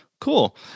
cool